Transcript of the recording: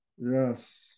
yes